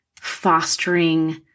fostering